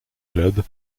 club